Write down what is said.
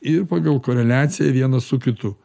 ir pagal koreliaciją vienas su kitu